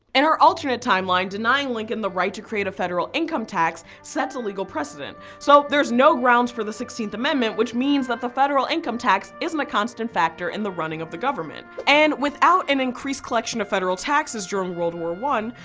and our alternate timeline, denying lincoln the right to create a federal income tax sets a legal precedent. so there's no grounds for the sixteenth amendment, which means that the federal income tax isn't a constant factor in the running of the government. and without an increased collection of federal taxes during world war i,